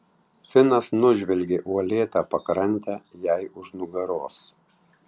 finas nužvelgė uolėtą pakrantę jai už nugaros